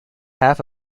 half